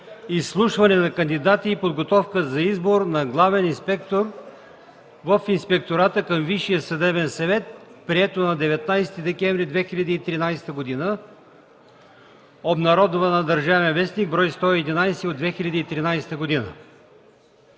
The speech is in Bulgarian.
изслушване на кандидати и подготовка за избор на главен инспектор в Инспектората към Висшия съдебен съвет, прието на 19 декември 2013 г., обнародвано в „Държавен вестник”, бр. 111 от 2013 г.”